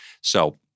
So-